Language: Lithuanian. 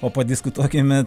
o padiskutuokime